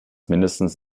mindestens